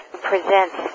presents